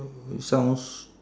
sounds